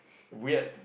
weird